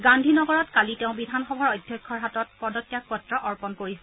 গান্ধীনগৰত কালি তেওঁ বিধানসভাৰ অধ্যক্ষৰ হাতত পদত্যাগপত্ৰ অৰ্পণ কৰিছে